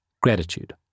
Gratitude